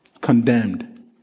condemned